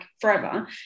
forever